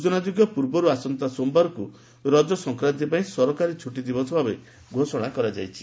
ସୂଚନାଯୋଗ୍ୟ ପୂର୍ବରୁ ଆସନ୍ତା ସୋମବାରକୁ ରଜ ସଂକ୍ରାନ୍ଡି ପାଇଁ ସରକାରୀ ଛୁଟି ଦିବସ ଭାବେ ଘୋଷଣା କରାଯାଇଛି